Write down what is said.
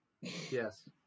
Yes